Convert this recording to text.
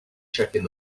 checking